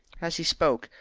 as he spoke,